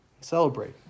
celebrate